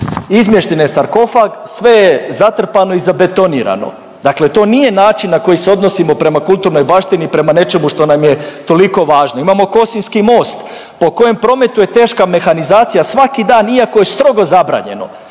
izmješten je sarkofag, sve je zatrpano i zabetonirano. Dakle, to nije način na koji se odnosimo prema kulturnoj baštini i prema nečemu što nam je toliko važno. Imamo Kosinjski most po kojem prometuje teška mehanizacija svaki dan iako je strogo zabranjeno.